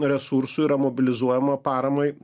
resursų yra mobilizuojama paramai